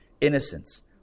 innocence